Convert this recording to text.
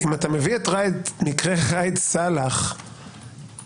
אם אתה מביא את מקרה ראאד סלאח כדוגמה,